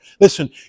Listen